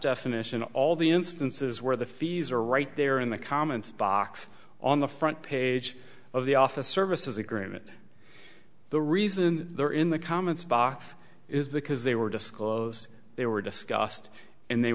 definition all the instances where the fees are right there in the comment box on the front page of the office services agreement the reason they're in the comments box is because they were disclosed they were discussed and they